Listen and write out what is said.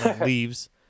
leaves